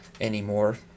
anymore